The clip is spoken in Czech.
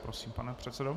Prosím, pane předsedo.